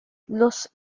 los